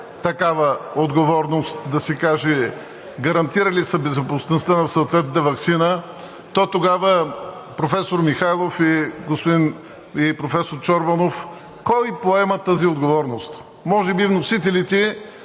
такава отговорност – да се каже гарантира ли се безопасността на съответната ваксина, то тогава, професор Михайлов и професор Чорбанов, кой поема тази отговорност? Може би вносителите